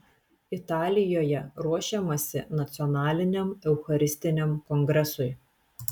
italijoje ruošiamasi nacionaliniam eucharistiniam kongresui